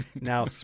Now